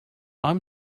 i’m